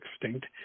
extinct